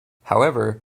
however